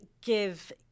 give